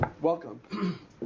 Welcome